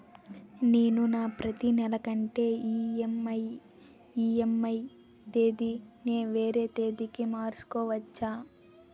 నేను నా ప్రతి నెల కట్టే ఈ.ఎం.ఐ ఈ.ఎం.ఐ తేదీ ని వేరే తేదీ కి మార్చుకోవచ్చా?